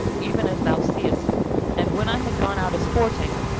even as thou seest and, when i had gone out a-sporting,